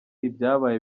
ibyabaye